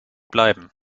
bleiben